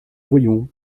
voyons